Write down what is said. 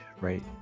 right